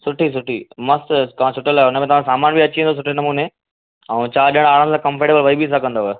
सुठी सुठी मस्तु तव्हां छुटल आहियो हुन में तव्हांजो सामान बि अची वेंदो सुठे नमूने ऐं चारि ॼणा आराम सां कम्फर्टेबल वेई बि सघंदव